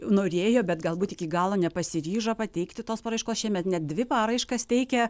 norėjo bet galbūt iki galo nepasiryžo pateikti tos paraiškos šiemet net dvi paraiškas teikia